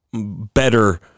better